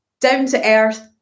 down-to-earth